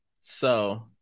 So-